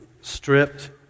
stripped